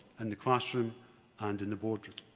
and the classroom and in the boardroom.